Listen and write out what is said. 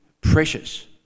Precious